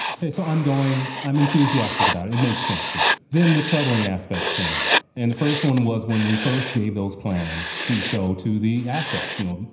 so i'm going i'm enthusiastic about it. made sense to me. then the troubling aspects came up in. the first one was when we first gave those plans to show to the asset deal.